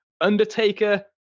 undertaker